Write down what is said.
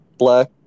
Black